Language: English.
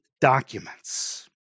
documents